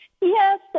Yes